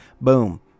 boom